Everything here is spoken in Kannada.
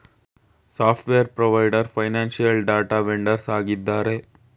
software provider, financial data vendors ಆಗಿದ್ದಾರೆ